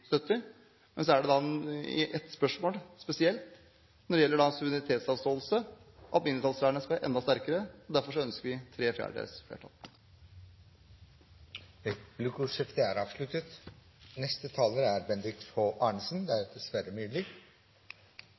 støtter, men så er det da i ett spørsmål spesielt – når det gjelder suverenitetsavståelse – at mindretallsvernet skal være enda sterkere, derfor ønsker vi tre fjerdedels flertall. Replikkordskiftet er